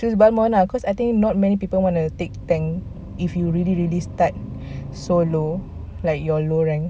choose balmond lah cause I think not many people want to take tank if you really really start so low like you're low rank